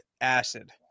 acid